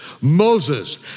Moses